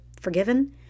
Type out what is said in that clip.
forgiven